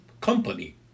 company